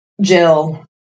Jill